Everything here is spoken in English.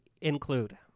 include